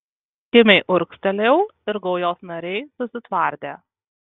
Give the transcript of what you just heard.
kimiai urgztelėjau ir gaujos nariai susitvardė